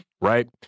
right